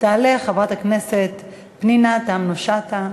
תעלה חברת הכנסת פנינה תמנו-שטה.